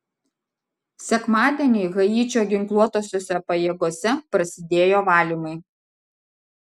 sekmadienį haičio ginkluotosiose pajėgose prasidėjo valymai